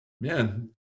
man